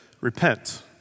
Repent